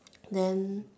then